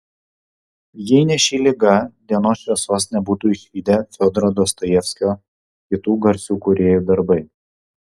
jei ne ši liga dienos šviesos nebūtų išvydę fiodoro dostojevskio kitų garsių kūrėjų darbai